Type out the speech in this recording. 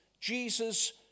Jesus